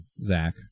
Zach